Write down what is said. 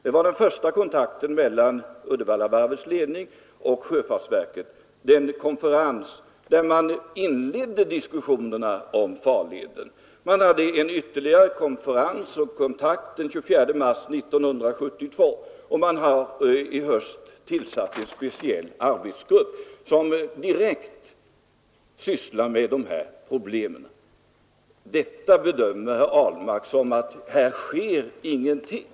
Det var den första kontakten mellan Uddevallavarvets ledning och sjöfartsverket, dvs. den konferens där man inledde diskussionerna om farleden. Man hade en ytterligare konferens den 24 mars 1972, och man har i höst tillsatt en speciell arbetsgrupp, som direkt sysslar med dessa problem. Detta bedömer herr Ahlmark så att här inte sker någonting.